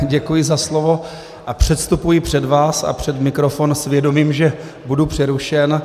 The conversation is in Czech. Děkuji za slovo a předstupuji před vás a před mikrofon s vědomím, že budu přerušen.